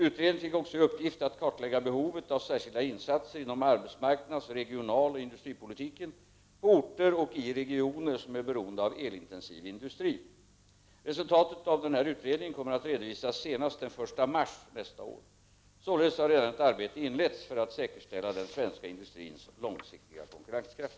Utredningen fick också i uppgift att kartlägga behovet av särskilda insatser inom arbetsmarknads-, regionaloch industripolitiken på orter och i regioner som är beroende av elintensiv industri. Resultatet av denna utredning kommer att redovisas senast den 1 mars 1990. Således har redan ett arbete inletts för att säkerställa den svenska industrins långsiktiga konkurrenskraft.